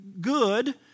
good